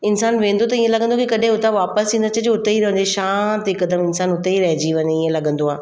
इंसान वेंदो त ईअं लॻंदो की कॾहिं उतां वापसि ई न अचिजे उते ई रहे शांति हिकदमि इंसान उते ई रहिजी वञे ईअं लॻंदो आहे